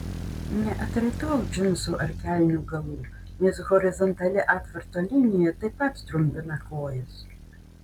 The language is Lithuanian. neatraitok džinsų ar kelnių galų nes horizontali atvarto linija taip pat trumpina kojas